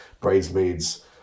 bridesmaids